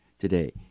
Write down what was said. today